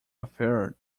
affair